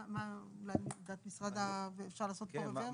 מה עמדת המשרד, אפשר לעשות פה רברס?